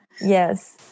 Yes